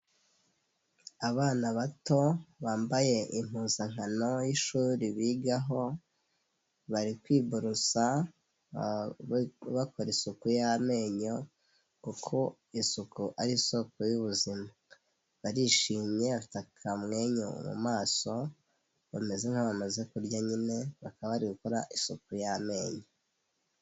Abana bato bambaye impuzankano y'ishuri bigaho, bari kwiborosa bakora isuku y'amenyo, kuko isuku ari isoko y'ubuzima, barishimye bafite akamwenyu mu maso, bameze nkaho bamaze kurya nyine bakaba bari gukora isuku y'amenyo.